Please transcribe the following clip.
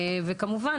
וכמובן,